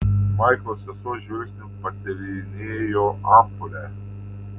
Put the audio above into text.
maiklo sesuo žvilgsniu patyrinėjo ampulę